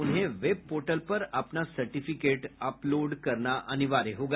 उन्हें web portal पर अपना सार्टिफिकेट अपलोड करना अनिवार्य होगा